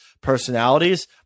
personalities